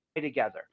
together